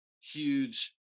huge